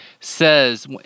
says